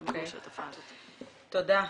תודה.